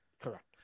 Correct